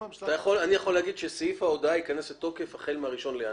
אני יכול להגיד שסעיף ההודעה ייכנס לתוקף החל מה-1 בינואר,